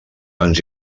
ens